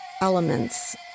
elements